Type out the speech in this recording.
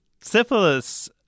syphilis